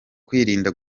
kwirinda